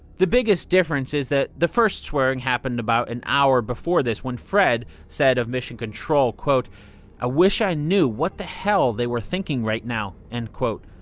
the biggest difference is that the first swearing happened about an hour before this when fred said of mission control, i ah wish i knew what the hell they were thinking right now, and